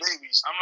babies